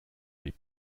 mes